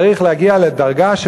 צריך להגיע לדרגה, תודה.